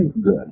good